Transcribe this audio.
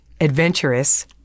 adventurous